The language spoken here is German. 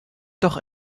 doch